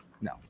No